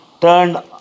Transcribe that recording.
turned